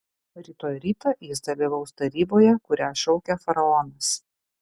rytoj rytą jis dalyvaus taryboje kurią šaukia faraonas